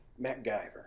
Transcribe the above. MacGyver